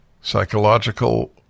psychological